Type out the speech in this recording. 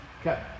Okay